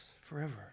forever